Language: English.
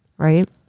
right